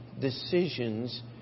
decisions